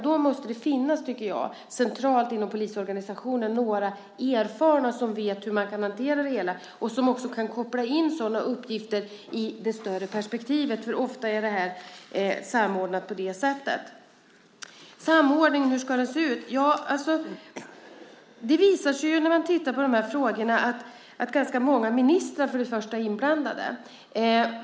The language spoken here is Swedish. Då måste det finnas, tycker jag, centralt inom polisorganisationen några erfarna som vet hur man kan hantera det hela och som också kan koppla in sådana uppgifter i det större perspektivet, för ofta är det samordnat på det sättet. Hur ska samordningen se ut? Det visar sig ju när man tittar på de här frågorna att ganska många ministrar för det första är inblandade.